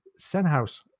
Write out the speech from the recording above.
senhouse